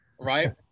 Right